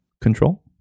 Control